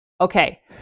okay